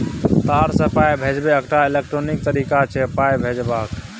तार सँ पाइ भेजब एकटा इलेक्ट्रॉनिक तरीका छै पाइ भेजबाक